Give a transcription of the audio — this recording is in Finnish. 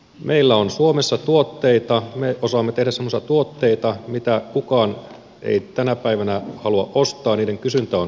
meillä on suomessa tuotteita me osaamme tehdä semmoisia tuotteita mitä kukaan ei tänä päivänä halua ostaa niiden kysyntä on vähentynyt